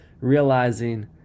realizing